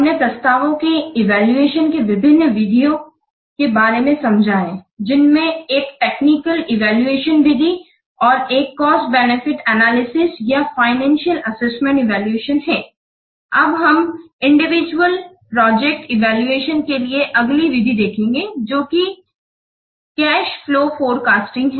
हमने प्रस्तावों के इवैल्यूएशन के विभिन्न विधियों बारे में समझा है जिनमें एक टेक्निकल इवैल्यूएशन विधि और कॉस्ट बेनिफिट एनालिसिस या फाइनेंसियल असेसमेंट हैl अब हम इंडिविजुअल प्रोजेक्ट इवैल्यूएशन के लिए अगली विधि देखेंगे जो कि कॅश फ्लो फोरकास्टिंग है